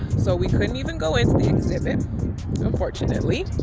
so we couldn't even go into the exhibit unfortunately.